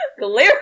Clearly